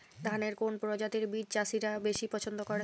ধানের কোন প্রজাতির বীজ চাষীরা বেশি পচ্ছন্দ করে?